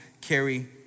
carry